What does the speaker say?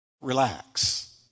relax